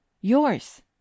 Yours